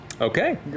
Okay